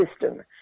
system